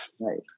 Right